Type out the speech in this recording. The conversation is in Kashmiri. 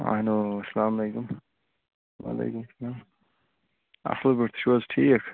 ہٮ۪لو السَلامُ علیکُم وعلیکُم السَلام اَصٕل پٲٹھۍ تُہۍ چھُو حظ ٹھیٖک